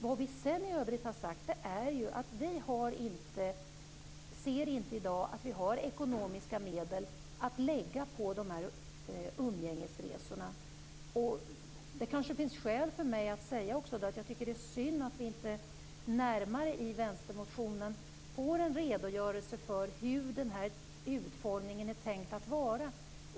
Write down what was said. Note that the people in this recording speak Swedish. Vad vi i övrigt har sagt är att vi inte i dag anser att vi har ekonomiska medel att lägga på umgängesresorna. Det kanske finns skäl för mig att också säga att jag tycker att det är synd att vi inte i vänstermotionen får en närmare redogörelse för hur utformningen är tänkt.